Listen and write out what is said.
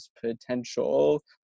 potential